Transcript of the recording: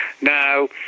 Now